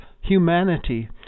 humanity